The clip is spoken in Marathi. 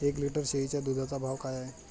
एक लिटर शेळीच्या दुधाचा भाव काय आहे?